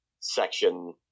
section